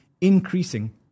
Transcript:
increasing